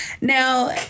Now